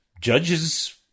Judges